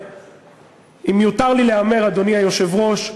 ואם יותר לי להמר, אדוני היושב-ראש,